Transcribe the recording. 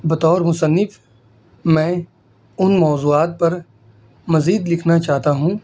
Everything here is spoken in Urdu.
بطور مصنف میں ان موضوعات پر مزید لکھنا چاہتا ہوں